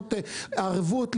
לקנות ערבות,